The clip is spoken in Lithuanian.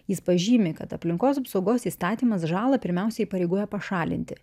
jis pažymi kad aplinkos apsaugos įstatymas žalą pirmiausia įpareigoja pašalinti